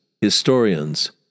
historians